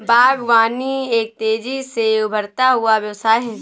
बागवानी एक तेज़ी से उभरता हुआ व्यवसाय है